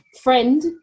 friend